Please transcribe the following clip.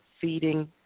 feeding